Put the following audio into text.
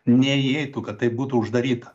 neįeitų kad tai būtų uždaryta